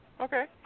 Okay